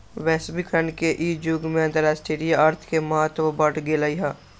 वैश्वीकरण के इ जुग में अंतरराष्ट्रीय अर्थ के महत्व बढ़ गेल हइ